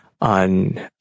on